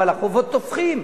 החובות תופחים?